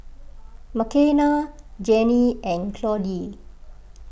Makenna Jennie and Claudie